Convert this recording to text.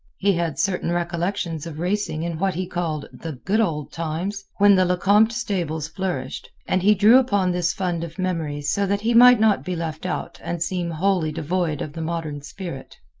he had certain recollections of racing in what he called the good old times when the lecompte stables flourished, and he drew upon this fund of memories so that he might not be left out and seem wholly devoid of the modern spirit.